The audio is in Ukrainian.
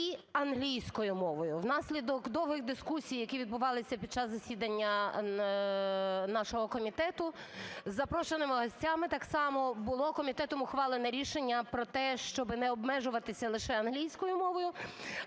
і англійською мовою. Внаслідок довгих дискусій, які відбувалися під час засідання нашого комітету, з запрошеними гостями так само, було комітетом ухвалене рішення про те, щоби не обмежуватися лише англійською мовою.